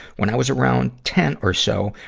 when i was around ten or so,